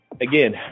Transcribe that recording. Again